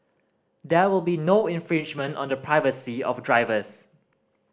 there will be no infringement on the privacy of drivers